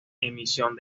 emisión